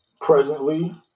presently